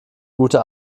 gute